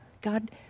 God